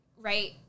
right